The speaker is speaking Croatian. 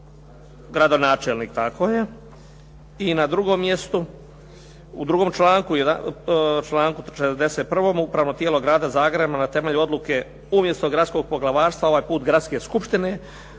gradonačelnik, tako je. I na drugom mjestu, u drugom članku 41. upravno tijelo Grada Zagreba na temelju odluke umjesto gradskog poglavarstvo, ovaj put gradske skupštine